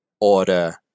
order